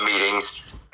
meetings